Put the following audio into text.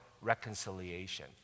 reconciliation